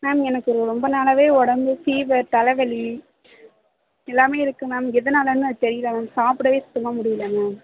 ma'am எனக்கு ரொ ரொம்ப நாளாகவே உடம்பு ஃபீவர் தலை வலி எல்லாமே இருக்குது மேம் எதனாலன்னு தெரியல மேம் சாப்பிடவே சுத்தமாக முடியல மேம்